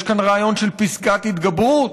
יש כאן רעיון של פסקת התגברות,